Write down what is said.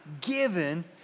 given